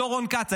בתור רון כץ,